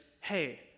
hey